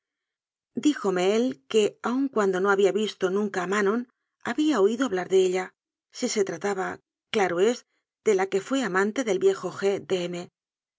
díjome él que aun cuando no había visto nun ca a manon había oído hablar de ella si se trata ba claro es de la que fué amante del viejo g de m